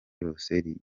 yose